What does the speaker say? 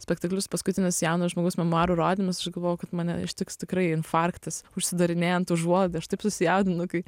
spektaklius paskutinius jauno žmogaus memuarų rodymus aš galvojau kad mane ištiks tikrai infarktas užsidarinėjant užuolaidą aš taip susijaudinu kai